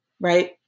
right